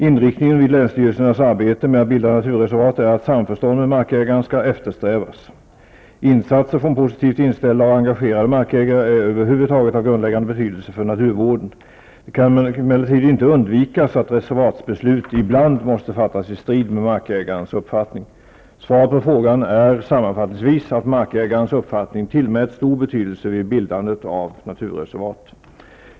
Inriktningen vid länsstyrelsernas arbete med att bilda naturreservat är att samförstånd med markägaren skall eftersträvas. Insatser från positivt inställda och engagerade markägare är över huvud taget av grundläggande betydelse för naturvården. Det kan emellertid inte undvikas att reservatsbeslut ibland måste fattas i strid med markägarens uppfattning. Svaret på frågan är sammanfattningsvis att markägarens uppfattning tillmäts stor betydelse vid bildandet av naturreservat.